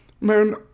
Man